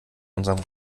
unserem